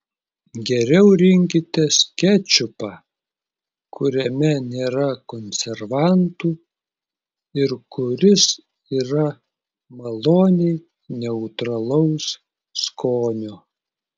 geriau rinkitės kečupą kuriame nėra konservantų ir kuris yra maloniai neutralaus skonio